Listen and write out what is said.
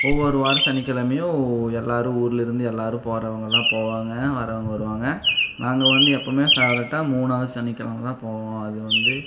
ஒவ்வொரு வாரம் சனிக்கிழமையும் எல்லோரும் ஊரிலிருந்து எல்லோரும் போறவங்களான் போவாங்க வரவங்க வருவாங்க நாங்கள் வந்து எப்பவும் ஃபேவ்ரெட்டாக மூணாவது சனிக்கிழமை தான் போவோம் அது வந்து